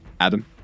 Adam